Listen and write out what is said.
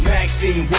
Maxine